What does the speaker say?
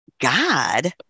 God